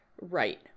Right